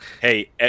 hey